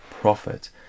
profit